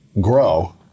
grow